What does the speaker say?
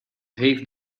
heeft